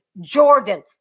Jordan